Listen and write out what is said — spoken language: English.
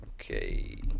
Okay